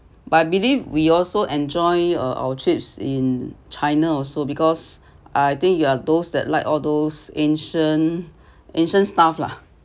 but I believe we also enjoy uh our trips in china also because I think you are those that like all those ancient ancient stuff lah